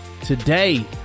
today